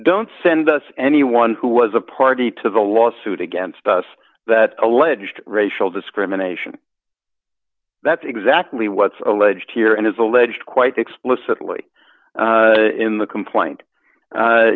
don't send us anyone who was a party to the lawsuit against us that alleged racial discrimination that's exactly what's alleged here and is alleged quite explicitly in the complaint